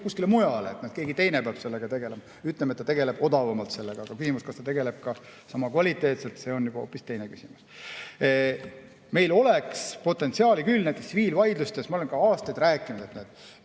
kuskile mujale, keegi teine peab sellega tegelema. Ütleme, et ta tegeleb odavamalt sellega, aga on ka küsimus, kas ta tegeleb ka sama kvaliteetselt. See on juba hoopis teine küsimus. Meil oleks potentsiaali küll. Ma olen aastaid rääkinud, et